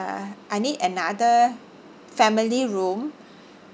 I need another family room